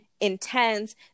intense